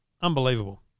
Unbelievable